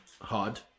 hard